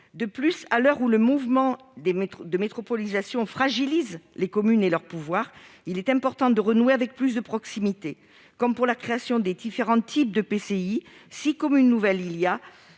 ailleurs, à l'heure où le mouvement de métropolisation fragilise les communes et leurs pouvoirs, il est important de renouer avec une plus grande proximité. Comme pour la création des différents types d'EPCI, si commune nouvelle il y a,